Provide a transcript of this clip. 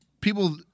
people